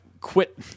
quit